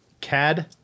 cad